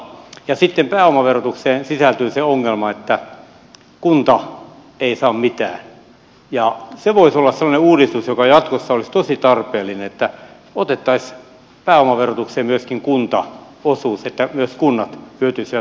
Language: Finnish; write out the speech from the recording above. sitten pääomaverotukseen sisältyy se ongelma että kunta ei saa mitään ja se voisi olla sellainen uudistus joka jatkossa olisi tosi tarpeellinen että otettaisiin pääomaverotukseen myöskin kuntaosuus niin että myös kunnat hyötyisivät pääomaverotuksesta